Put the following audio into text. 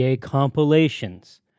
compilations